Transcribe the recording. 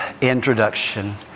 introduction